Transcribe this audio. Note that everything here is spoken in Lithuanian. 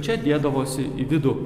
čia dėdavosi į vidų